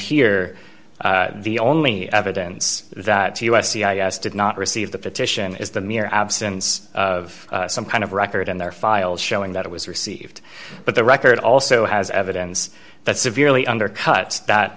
here the only evidence that us c i s did not receive the petition is the mere absence of some kind of record in their files showing that it was received but the record also has evidence that severely undercut that